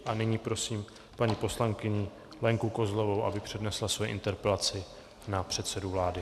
A nyní prosím paní poslankyni Lenku Kozlovou, aby přednesla svoji interpelaci na předsedu vlády.